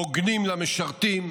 הוגנים למשרתים,